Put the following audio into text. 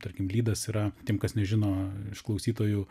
tarkim lydas yra tiem kas nežino iš klausytojų